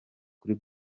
kuri